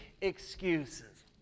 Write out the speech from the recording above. excuses